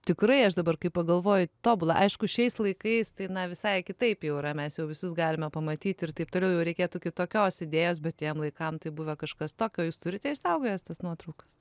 tikrai aš dabar kai pagalvoju tobula aišku šiais laikais tai na visai kitaip jau yra mes jau visus galime pamatyt ir taip toliau jau reikėtų kitokios idėjos bet tiem laikam tai buvę kažkas tokio jūs turite išsaugojęs tas nuotraukas